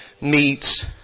meets